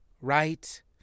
right